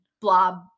Blob